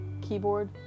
keyboard